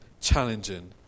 challenging